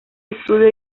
estudio